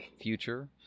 future